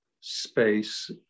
space